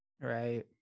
Right